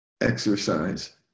exercise